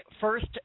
first